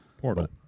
Portal